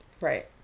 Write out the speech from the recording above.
Right